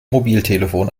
mobiltelefon